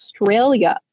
Australia